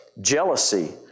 jealousy